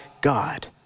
God